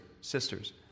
sisters